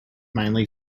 mainly